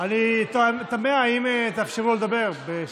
אני תמה אם תאפשרו לו לדבר בשקט.